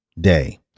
Day